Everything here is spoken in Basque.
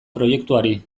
proiektuari